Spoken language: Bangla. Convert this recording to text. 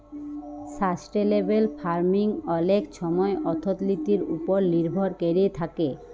সাসট্যালেবেল ফার্মিং অলেক ছময় অথ্থলিতির উপর লির্ভর ক্যইরে থ্যাকে